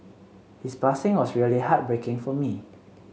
his passing was really heartbreaking for me